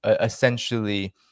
essentially